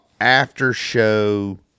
after-show